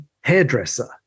hairdresser